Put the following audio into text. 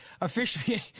officially